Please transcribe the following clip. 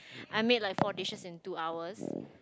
I made like four dishes in two hours